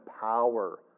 power